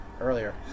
Earlier